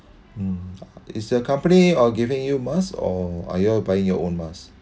mm is the company uh giving you mask or you all buying your own mask